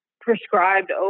prescribed